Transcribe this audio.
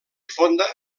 fonda